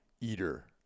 eater